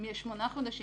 אם יהיו שמונה חודשים,